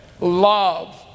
love